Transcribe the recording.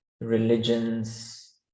religions